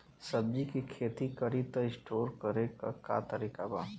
सब्जी के खेती करी त स्टोर करे के का तरीका बा?